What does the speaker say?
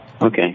Okay